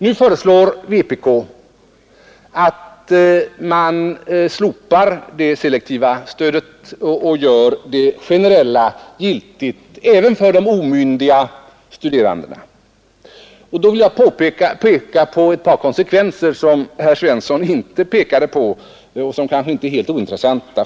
Vpk föreslår att man skulle slopa det selektiva stödet och göra det generella giltigt även för de omyndiga studerandena. Jag vill peka på ett par konsekvenser, som herr Svensson inte nämnde och som kanske inte är helt ointressanta.